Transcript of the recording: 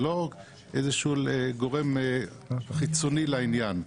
זה לא איזשהו גורם חיצוני לעניין.